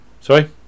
Sorry